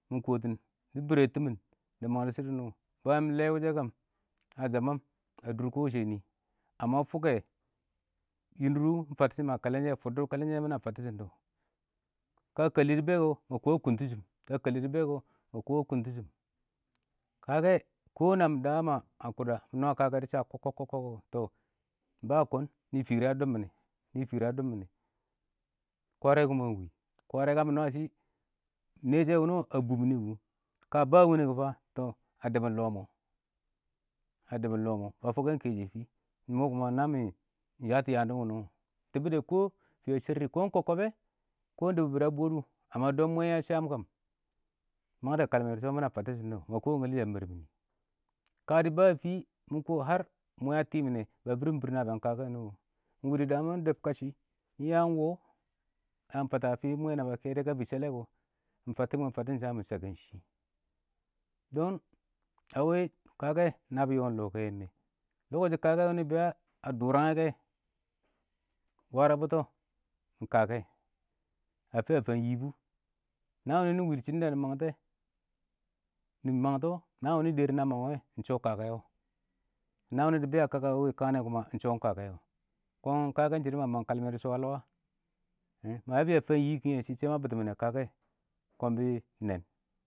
﻿mɪ kɔtɪn dɪ bɪrɛ tɪmɪn,dɪ mangtɔ shɪdɔ wʊnɔ, daam lɛ wʊshɛ kam, a zaman a dʊr kɔ wɛ shɛ nɪ, amma fʊkkɛ yɪdɪr wʊ ɪng fattɪn shɪm a kɛlɛn shɛ, fʊddɔ kɛlɛn shɛ mɪ na fattɪn shɪn dɔ, ka kɛllɪ dɪ bɛ kɔ ma kɔ a kʊntɪshɪm, ka kɛllɪ dɪ bɛ ma kɔ a kʊntɪshɪm.kakɛ kɔ na da a kʊda, ɪng nwaa kakɛ taddɪ dɪ sha wɛ kɔk kɔk kɔk kɔ tɔ ba kʊn, nɪ fɪrɪ a dʊb mɪnɛ, nɪ fɪrɪ a dʊb mɪnɛ, kwarɛ dumunu kwarɛ ka mɪ nwaa shi nɛɛ shɛ wʊnɪ a bʊm mɪnɪ kʊ, ka ba wunəng kʊ fa, tɔ dʊbʊm lɔ mɔ, a dʊbʊm lɔ mɔ ba fʊkkɛn kɛshɛ fɪ, mɔ na mɪ ya tɔ yaam dɪ wʊ nɔ wɔ. Dʊbɪ dɛ kɔ fɪ a shɛr dɪ, kɔ ɪng kob kɔ bɛ, kɔ ɪng dʊbɔ bɪ na bɔdʊ, mwɛɛ yɛ sham kam, mang dɛ kalmɛ dɪ shɔ mɪna fattɪn shɪn dɔ ma kɔ shɛ a mɛr mɪ nɪ. ka dɪ ba fɪ, mɪ kɔ mwɛɛ a tɪ mɪnɛ ba bɪrɪm bɪrɪm nabɪyang kakɛ wʊnɪ kɔ, mɪ wɪ ɪng dəb katshɪ, ɪng ya ɪng wɔ, ya fatɔ a fɪ mwɛɛ na ba kɛ dʊ kɛ, ka fii shɛlɛ kɔ, ɪng fattɪnshɪm fattɪ shɪm sham kɔ mɪ shakkɛn shi a wɪ kakɛ nabɪ yɔɔm lɔ kɛ, kakɛ bɛ a dʊrangɛ kɛ, bwarabʊtɔ ɪng kakɛ a fɪya fan yɪ bʊ, na wʊnɪ nɪ wɪ shɪdɔn da nɪ mangtɛ, nɪ mangtɔ naan wʊnɪ dɛrɪ na mang wɛ, ɪng shɔ kakɛ wɔ, naan wɪnɪ dɪ bɛ kaka wɛ wɪ kaan wɛ ɪng shɔ kakɛ wɔ.kɔn kakɛ ɪng shɪdɔ ma mang kalmɛ dɪ shɔ a lɔ a?. Ma ya fɪya fan yii kɪngɛ shɪ shɛ ma bɪtɪmɪnɛ kakɛ kɔn bɪ nɛɛn.